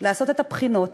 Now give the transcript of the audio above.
לעשות את הבחינות,